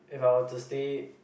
if I were to stay